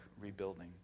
rebuilding